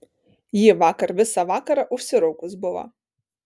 ji vakar visą vakarą užsiraukus buvo